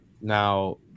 Now